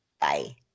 Bye